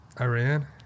Iran